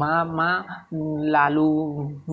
মা মা লালু